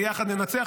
ביחד ננצח,